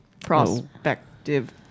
prospective